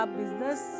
business